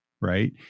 Right